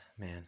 Man